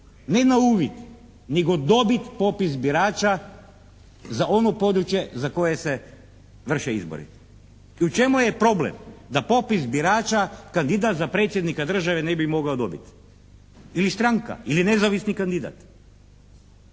ne na uvid, nego dobiti popis birača za ono područje za koje se vrše izbori. I u čemu je problem da popis birača kandidat za predsjednika države ne bi mogao dobiti. Ili stranka. Ili nezavisni kandidat.